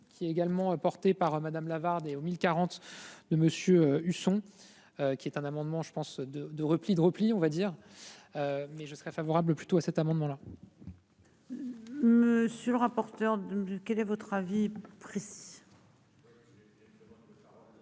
qui est également porté par madame Lavarde et au 1040 de monsieur Husson. Qui est un amendement je pense de, de repli de repli. On va dire. Mais je serais favorable plutôt à cet amendement.-- Monsieur le rapporteur du quel est votre avis. Le siège